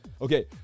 Okay